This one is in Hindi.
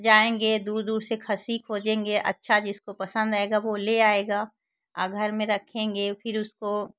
जाएंगे दूर दूर से खस्सी खोजेंगे अच्छा जिसको पसंद आएगा वह ले आएगा और घर में रखेंगे फिर उसको